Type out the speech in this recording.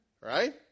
Right